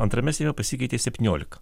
antrame seime pasikeitė septyniolika